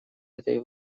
этой